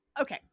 okay